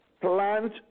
plant